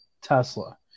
Tesla